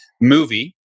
movie